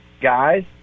guys